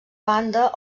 banda